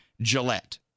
Gillette